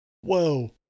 whoa